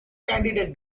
candidate